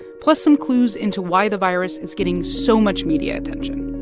plus some clues into why the virus is getting so much media attention.